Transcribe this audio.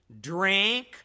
drink